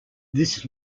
this